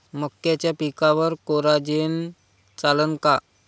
मक्याच्या पिकावर कोराजेन चालन का?